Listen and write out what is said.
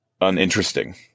uninteresting